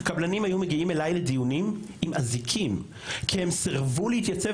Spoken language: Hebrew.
קבלנים היו מגיעים אלי לדיונים עם אזיקים כי הם סרבו להתייצב